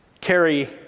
carry